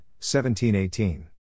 1718